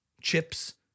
chips